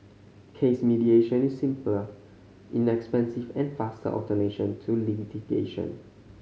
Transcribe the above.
case mediation is simpler inexpensive and faster to litigation